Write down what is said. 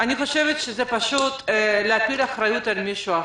אני חושבת שזה פשוט להטיל אחריות על מישהו אחר.